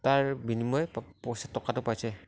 তাৰ বিনিময় পইচা টকাটো পাইছে